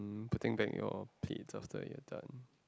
putting back your plates after you are done